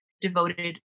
devoted